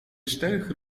czterech